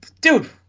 dude